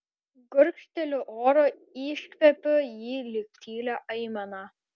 gurkšteliu oro iškvepiu jį lyg tylią aimaną